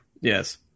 Yes